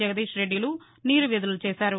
జగదీశ్ రెడ్డి లు నీరు విడుదల చేశారు